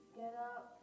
get-up